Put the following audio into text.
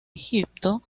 egipto